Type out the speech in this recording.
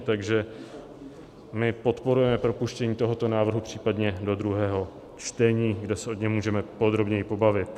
Takže my podporujeme propuštění tohoto návrhu případně do druhého čtení, kde se o něm můžeme podrobněji pobavit.